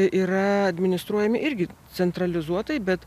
yra administruojami irgi centralizuotai bet